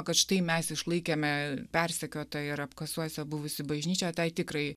kad štai mes išlaikėme persekiotą ir apkasuose buvusi bažnyčia tai tikrai